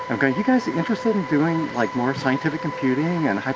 i'm going, you guys interested in doing like more scientific computing and